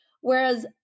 Whereas